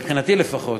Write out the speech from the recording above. מבחינתי לפחות,